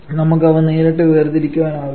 നമുക്ക് അവ നേരിട്ട് വേർതിരിക്കാനാവില്ല